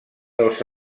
dels